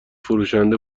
فروشنده